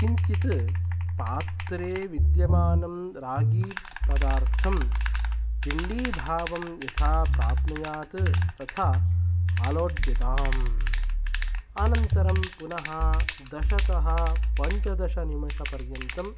किञ्चित् पात्रे विद्यमानं रागीपदार्थं पिण्डीभावं यथा प्राप्नुयात् तथा आलोड्यताम् अनन्तरं पुनः दशतः पञ्चदशनिमेषपर्यन्तं